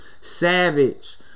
Savage